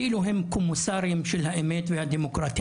כאילו הם קומיסרים של האמת והדמוקרטיה,